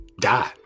die